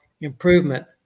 improvement